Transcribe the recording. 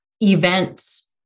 events